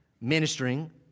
ministering